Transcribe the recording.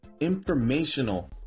informational